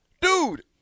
Dude